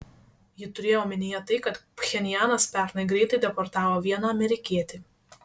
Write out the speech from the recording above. ji turėjo omenyje tai kad pchenjanas pernai greitai deportavo vieną amerikietį